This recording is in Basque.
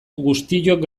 guztiok